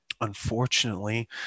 unfortunately